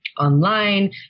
online